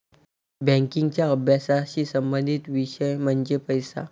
बँकिंगच्या अभ्यासाशी संबंधित विषय म्हणजे पैसा